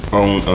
own